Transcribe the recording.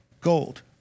Gold